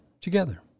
together